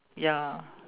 ya